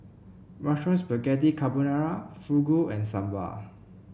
Mushroom Spaghetti Carbonara Fugu and Sambar